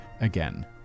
again